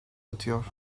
atıyor